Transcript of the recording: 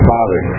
Father